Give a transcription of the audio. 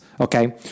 Okay